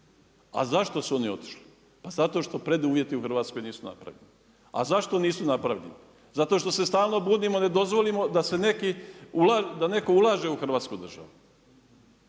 A zašto su oni otišli? Pa zato što preduvjeti u Hrvatskoj nisu napravljeni. A zašto nisu napravljeni? Zato što se stalno bunimo, ne dozvolimo da netko ulaže u Hrvatsku državu.